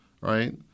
right